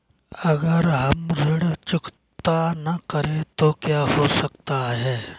अगर हम ऋण चुकता न करें तो क्या हो सकता है?